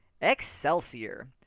Excelsior